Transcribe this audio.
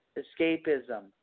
escapism